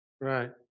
Right